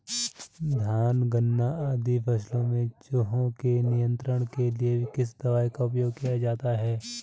धान गन्ना आदि फसलों में चूहों के नियंत्रण के लिए किस दवाई का उपयोग किया जाता है?